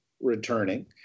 returning